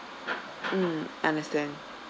mm understand